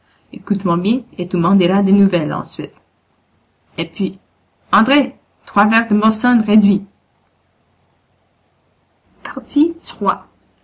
écoute-moi bien et tu m'en diras des nouvelles ensuite et puis andré trois verres de molson réduit